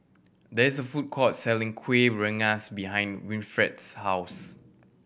there is a food court selling Kueh Rengas behind Winfred's house